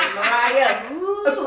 Mariah